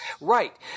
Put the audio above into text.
Right